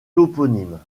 toponymes